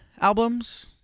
albums